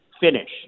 finish